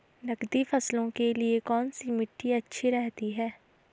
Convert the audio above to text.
नकदी फसलों के लिए कौन सी मिट्टी अच्छी रहती है?